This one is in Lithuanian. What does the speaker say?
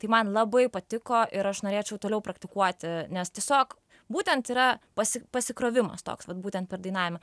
tai man labai patiko ir aš norėčiau toliau praktikuoti nes tiesiog būtent yra pasi pasikrovimas toks vat būtent per dainavimą